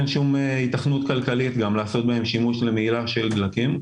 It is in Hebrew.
אין שום היתכנות כלכלית לעשות בהם שימוש במהילה של דלקים.